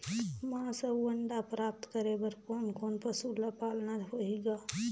मांस अउ अंडा प्राप्त करे बर कोन कोन पशु ल पालना होही ग?